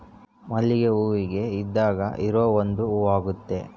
ಮಲ್ಲಿಗೆ ಹೂವಿಗೆ ಇದ್ದಾಂಗ ಇರೊ ಒಂದು ಹೂವಾಗೆತೆ